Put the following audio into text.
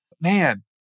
Man